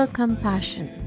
compassion